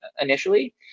initially